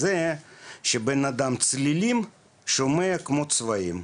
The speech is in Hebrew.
גורם בן אדם לשמוע צלילים כמו צבעים.